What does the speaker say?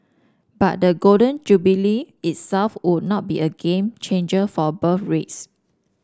but the Golden Jubilee itself would not be a game changer for birth rates